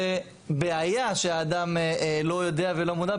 זו בעיה שאדם לא יודע ולא מודע,